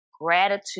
gratitude